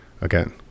Again